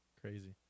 Crazy